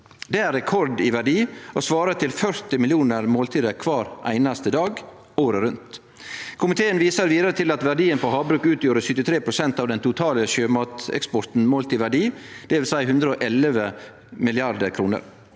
Det er rekord i verdi og svarer til 40 millionar måltid kvar einaste dag – året rundt. Komiteen viser vidare til at verdien frå havbruk utgjorde 73 pst. av den totale sjømateksporten målt i verdi, dvs. 111 mrd. kr.